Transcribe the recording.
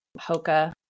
Hoka